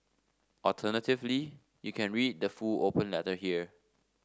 alternatively you can read the full open letter here